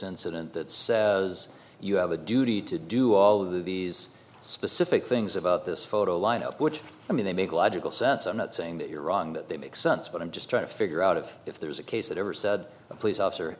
incident that says you have a duty to do all of these specific things about this photo lineup which i mean they make logical sense i'm not saying that you're wrong that they make sense but i'm just trying to figure out if if there's a case that ever said a police officer